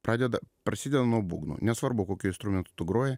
pradeda prasideda nuo būgnų nesvarbu kokiu instrumentu tu groji